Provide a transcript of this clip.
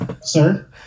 Sir